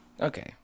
okay